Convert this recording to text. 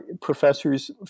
professors